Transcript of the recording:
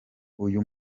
uyu